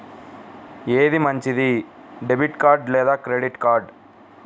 ఏది మంచిది, debit card లేదా క్రెడిట్ కార్డ్?